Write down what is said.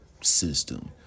system